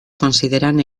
consideran